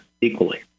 equally